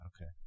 Okay